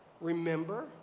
remember